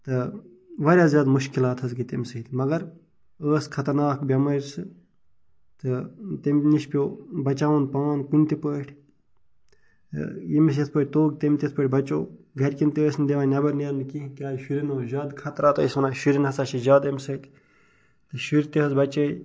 تہٕ وارِیاہ زیادٕ مشکِلات حظ گٔے تمہِ سۭتۍ مگر ٲسۍ خطرناک بیمٲرۍ سہٕ تہٕ تمہِ نِش پیٚو بچاوُن پان کُنہِ تہِ پٲٹھۍ ییٚمِس یتھ پٲٹھۍ توٚگ تٔمۍ تتھ پٲٹھۍ بچو گرِکٮ۪ن تہِ ٲس نہٕ دِوان نیٚبر نیرنہٕ کینہہ کیازِ شُرِٮ۪ن اوس زیادٕ خطرات ٲسۍ ونان شُرِٮ۪ن ہسا چھِ زیادٕ أمۍ سۭتۍ شُرۍ تہِ حظ بچٲۍ